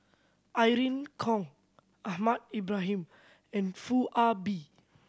Irene Khong Ahmad Ibrahim and Foo Ah Bee